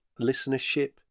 listenership